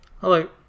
Hello